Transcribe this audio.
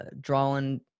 drawing